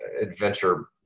adventure